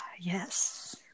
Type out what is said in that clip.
Yes